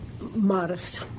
Modest